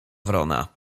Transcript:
wrona